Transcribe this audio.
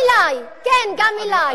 כן, גם אלי.